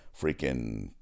freaking